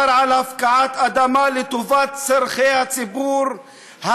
אדמה לטובת צורכי הציבור,